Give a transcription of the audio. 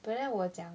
but then 我讲